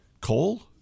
Coal